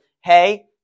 hey